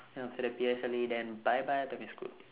then after that P_S_L_E then bye bye primary school